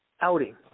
outing